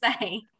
say